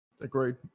Agreed